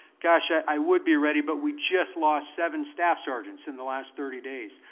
gosh, i i would be ready, but we just lost seven staff sergeants in the last thirty days.